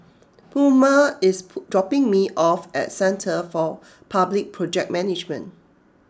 Pluma is dropping me off at Centre for Public Project Management